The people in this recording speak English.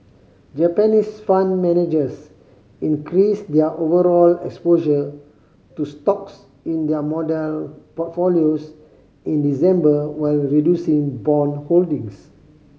Japanese fund managers increased their overall exposure to stocks in their model portfolios in December while reducing bond holdings